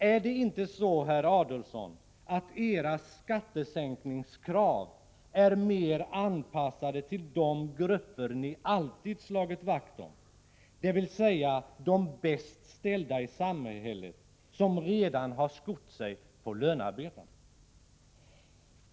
Är det inte så, herr Adelsohn, att era skattesänkningskrav är mer anpassade till de grupper ni alltid slagit vakt om — dvs. de bäst ställda i samhället, som redan har skott sig på lönarbetarna?